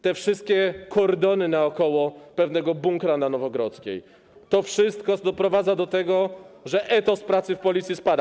Te wszystkie kordony naokoło pewnego bunkra na Nowogrodzkiej - to wszystko doprowadza do tego, że etos pracy w Policji spada.